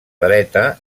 dreta